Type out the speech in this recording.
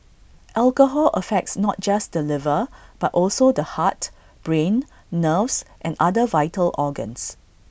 alcohol affects not just the liver but also the heart brain nerves and other vital organs